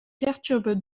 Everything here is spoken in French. perturbe